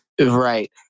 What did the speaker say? Right